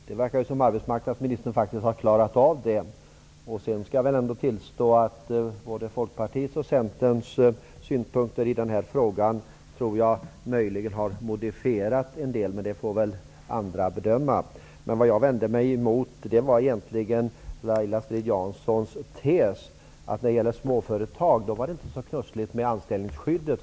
Herr talman! Det verkar som om arbetsmarknadsministern faktiskt har klarat av detta. Jag måste ändå tillstå att jag tror att både Folkpartiets och Centerns synpunkter i den här frågan möjligen har modifierats en del, men det får väl andra bedöma. Vad jag vände mig emot var egentligen Laila Strid Janssons tes, att det när det gällde småföretag inte var så knussligt med anställningsskyddet.